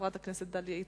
חברת הכנסת דליה איציק,